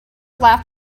laughed